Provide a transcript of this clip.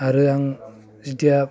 आरो आं जिथिया